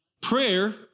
prayer